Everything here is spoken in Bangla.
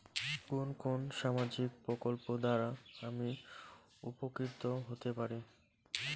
কোন কোন সামাজিক প্রকল্প দ্বারা আমি উপকৃত হতে পারি?